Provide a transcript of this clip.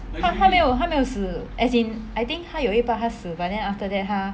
他他没有他没有死 as in I think 他有一 part 他死 but then after that 他